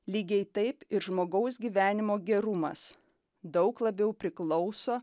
lygiai taip ir žmogaus gyvenimo gerumas daug labiau priklauso